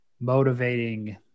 Motivating